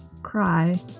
cry